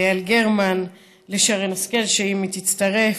ליעל גרמן, לשרן השכל, אם היא תצטרף.